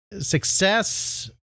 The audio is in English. Success